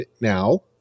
now